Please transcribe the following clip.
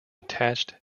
attached